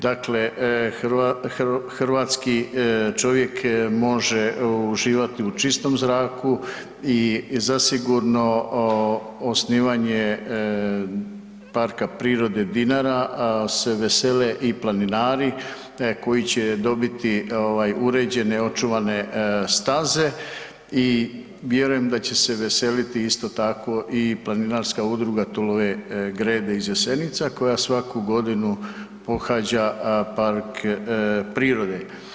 Dakle, hrvatski čovjek može uživati u čistom zraku i zasigurno osnivanje Parka prirode Dinara se vesele i planinari koji će dobiti ovaj uređene, očuvane staze i vjerujem da će se veseliti isto tako i planinarska udruga Tulove grede iz Jesenica koja svaku godinu pohađa park prirode.